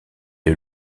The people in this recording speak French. est